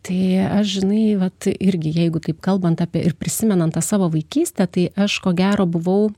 tai aš žinai vat irgi jeigu taip kalbant apie ir prisimenant tą savo vaikystę tai aš ko gero buvau